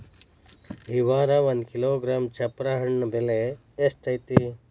ಈ ವಾರ ಒಂದು ಕಿಲೋಗ್ರಾಂ ಚಪ್ರ ಹಣ್ಣ ಬೆಲೆ ಎಷ್ಟು ಐತಿ?